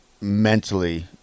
mentally